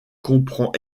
comprend